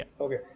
Okay